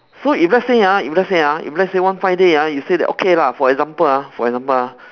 so if let's say ah if let's say ah if let's say one fine day ah you say that okay lah for example ah for example ah